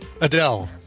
Adele